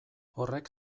horrek